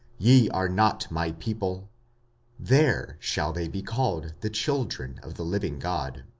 ye are not my people there shall they be called the children of the living god.